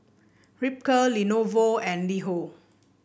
Ripcurl Lenovo and LiHo